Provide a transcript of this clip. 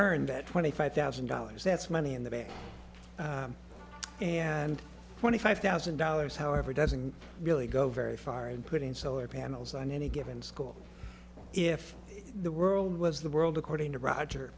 earned at twenty five thousand dollars that's money in the bank and twenty five thousand dollars however doesn't really go very far in putting solar panels on any given school if the world was the world according to roger